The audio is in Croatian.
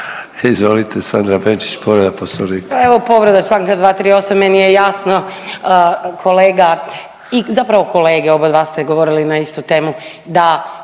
Izvolite, Sandra Benčić, povreda Poslovnika.